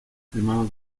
firmado